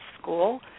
school